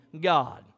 God